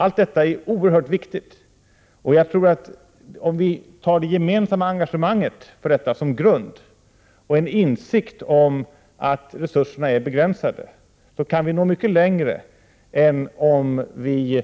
Allt detta är oerhört viktigt. Jag tror att om vi tar det gemensamma engagemanget för detta som grund och har insikt om att resurserna är begränsade, kan vi nå mycket längre än om vi